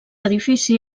edifici